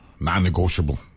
non-negotiable